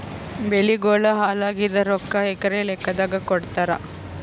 ಬೆಳಿಗೋಳ ಹಾಳಾಗಿದ ರೊಕ್ಕಾ ಎಕರ ಲೆಕ್ಕಾದಾಗ ಕೊಡುತ್ತಾರ?